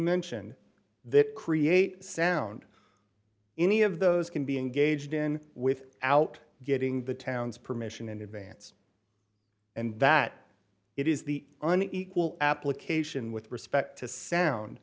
mention that create sound any of those can be engaged in with out getting the town's permission in advance and that it is the unequal application with respect to sound